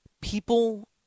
People